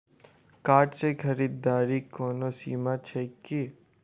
Card सँ खरीददारीक कोनो सीमा छैक की?